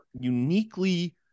uniquely